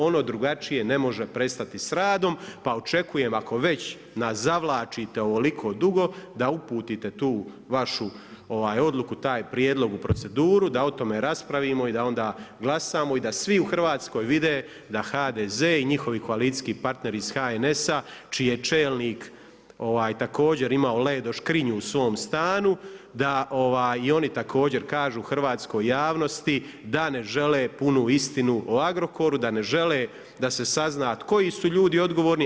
Ono drugačije ne može prestati s radom, pa očekujem ako već nas zavlačite ovoliko dugo da uputite tu vašu odluku, taj prijedlog u proceduru, da o tome raspravimo i da onda glasamo i da svi u Hrvatskoj vide da HDZ i njihovi koalicijski partneri iz HNS-a čiji je čelnik također imao Ledo škrinju u svom stanu, da i oni također kažu hrvatskoj javnosti da ne žele punu istinu o Agrokoru, da ne žele da se sazna koji su ljudi odgovorni.